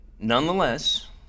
nonetheless